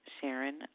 Sharon